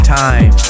time